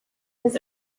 his